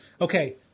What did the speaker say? okay